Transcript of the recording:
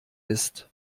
ist